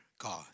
God